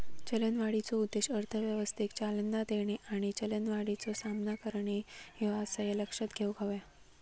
चलनवाढीचो उद्देश अर्थव्यवस्थेक चालना देणे आणि चलनवाढीचो सामना करणे ह्यो आसा, ह्या लक्षात घेऊक हव्या